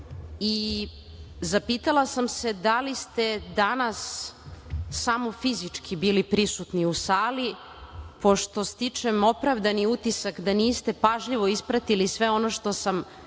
i zapitala sam se da li ste danas samo fizički bili prisutni u sali, pošto stičem opravdani utisak da niste pažljivo ispratili sve ono što sam